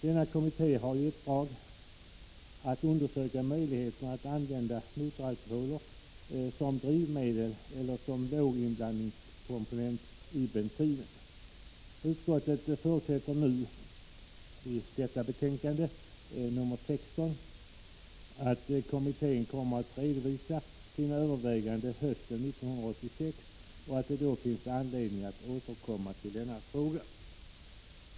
Denna kommitté har i uppdrag att undersöka möjligheterna att använda motoralkoholer som drivmedel eller som låginblandningskomponent i bensinen. Utskottet förutsätter nu i sitt betänkande 16 att kommittén kommer att redovisa sina överväganden hösten 1986 och att det då finns anledning att återkomma till denna fråga.